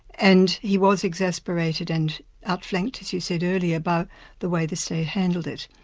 and he was exasperated and outflanked, as you said earlier, about the way the state handled it.